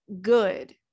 good